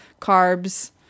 carbs